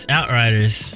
outriders